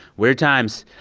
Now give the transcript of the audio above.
weird times.